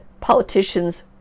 politicians